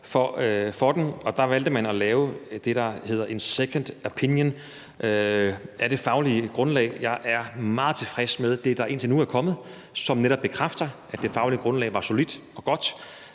og der valgte man at lave det, der hedder en »Second Opinion« af det faglige grundlag. Jeg er meget tilfreds med det, der indtil nu er kommet, som netop bekræfter, at det faglige grundlag var solidt og godt.